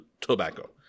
Tobacco